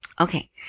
okay